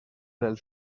del